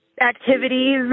activities